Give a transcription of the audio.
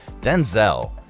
Denzel